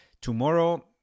tomorrow